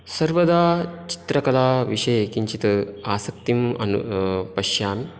सर्वदा चित्रकलाविषये किञ्चित् आसक्तिम् अन् पश्यामि